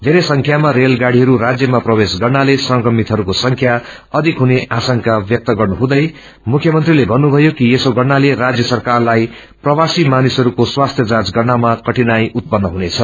बेरै संख्यामा रेलगाड़ीहरू राज्यमा प्रवेश गन्ग्रले संक्रमितहरूको संख्या अध्का हुने आशंका व्यक्त गर्नुहुँदै मुख्यमंत्रीले भन्नुभयो कि यसो गर्नाले राज्य सरकारलाई प्रवासी मानिसहरूको स्वस्थ्य जौंच गर्नमा कठानाई उत्पन्न हुनेछ